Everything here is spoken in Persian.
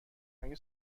مگه